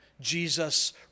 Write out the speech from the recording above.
Jesus